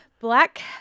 Black